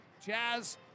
Jazz